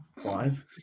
Five